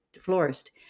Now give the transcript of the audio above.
florist